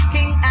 King